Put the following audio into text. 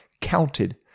counted